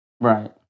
Right